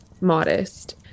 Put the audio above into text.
modest